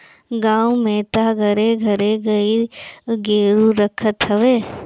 गांव में तअ घरे घरे गाई गोरु रखत हवे